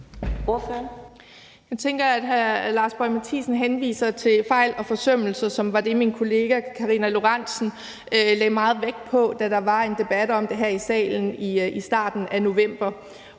Jeg tænker, at hr. Lars Boje Mathiesen henviser til fejl og forsømmelser, som er det, min kollega fru Karina Lorentzen lagde meget vægt på, da der var en debat om det her i salen i starten af november.